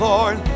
Lord